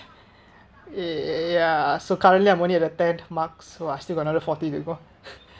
ya so currently I'm only at ten mark so I still got another forty to go